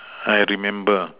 I remember